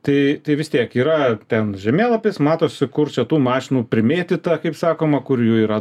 tai vis tiek yra ten žemėlapis matosi kur čia tų mašinų primėtyta kaip sakoma kur jų yra